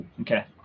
Okay